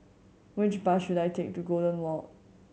which bus should I take to Golden Walk